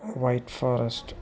white forest